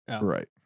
Right